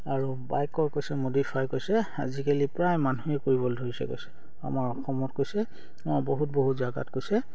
আৰু বাইকৰ কৈছে মডিফাই কৈছে আজিকালি প্ৰায় মানুহেই কৰিবলৈ ধৰিছে কৈছে আমাৰ অসমত কৈছে অ বহুত বহুত জাগাত কৈছে